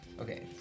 Okay